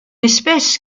espèce